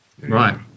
Right